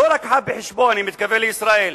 לא הביאה בחשבון, אני מתכוון לישראל,